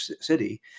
City